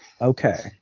Okay